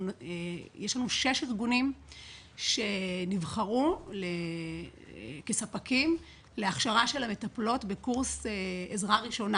יש לנו שישה ארגונים שנבחרו כספקים להכשרת המטפלות בקורס עזרה ראשונה.